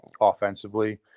offensively